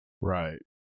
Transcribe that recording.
Right